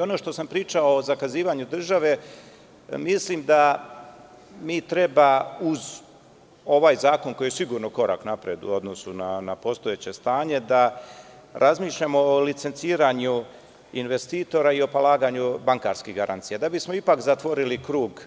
Ono što sam pričao o zakazivanju države, mislim da mi treba uz ovaj zakon, koji je sigurno korak napred u odnosu na postojeće stanje, da razmišljamo o licenciranju investitora i o polaganju bankarskih garancija, da bismo zatvorili krug